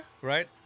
Right